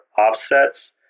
offsets